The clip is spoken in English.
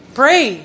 pray